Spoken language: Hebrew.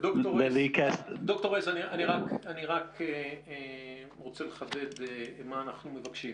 אני רק רוצה לחדד מה אנחנו מבקשים.